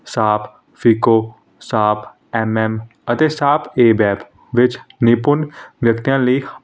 ਸਾਪ FICO SAP M M ਅਤੇ SAP A web ਵਿੱਚ ਨਿਪੁੰਨ ਵਿਅਕਤੀਆਂ ਲਈ